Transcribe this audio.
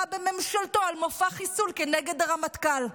בממשלתו על מופע חיסול כנגד הרמטכ"ל.